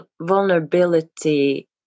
vulnerability